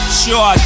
sure